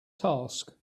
task